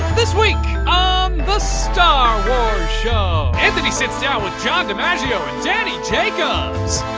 this week on the star wars show! anthony sits down with john dimaggio and danny jacobs!